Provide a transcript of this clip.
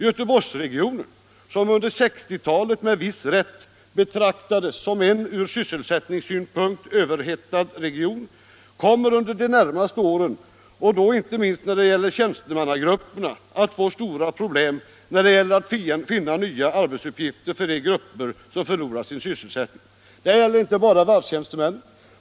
Göteborgsregionen, som under 1960 talet med viss rätt betraktades som en ur sysselsättningssynpunkt överhettad region, kommer under de närmaste åren, inte minst vad gäller tjänstemannagrupperna, att få stora problem med att finna nya arbetsuppgifter för de grupper som förlorat sin sysselsättning. Det gäller inte bara varvstjänstemännen.